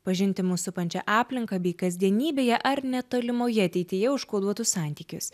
pažinti mus supančią aplinką bei kasdienybėje ar netolimoje ateityje užkoduotus santykius